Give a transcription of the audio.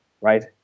right